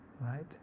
right